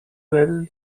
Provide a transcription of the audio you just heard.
well